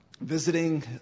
visiting